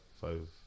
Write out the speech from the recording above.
five